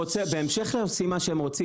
בהמשך ל"עושים מה שהם רוצים",